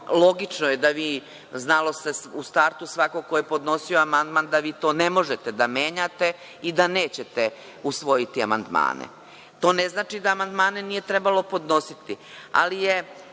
logično je da vi, znalo se u startu svako ko je podnosio amandman da vi to ne možete da menjate i da nećete usvojiti amandmane. To ne znači da amandmane nije trebalo podnositi, ali je